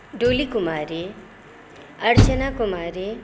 Dolly Kumari Archana Kumari